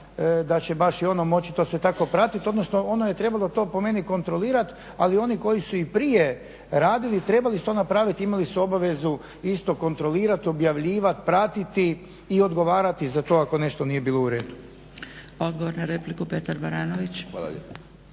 da će baš i ono moći to sve tako pratiti, odnosno ono je trebalo to po meni kontrolirati ali oni koji su i prije radili trebali su to napraviti, imali su obavezu isto kontrolirati, objavljivati, pratiti i odgovarati za to ako nešto nije bilo u redu. **Zgrebec, Dragica